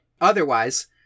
Otherwise